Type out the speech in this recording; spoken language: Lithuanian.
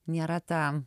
nėra ta